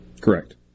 Correct